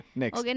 next